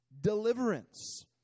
deliverance